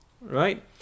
right